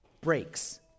breaks